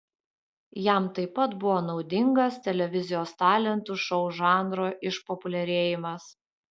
jam taip pat buvo naudingas televizijos talentų šou žanro išpopuliarėjimas